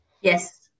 Yes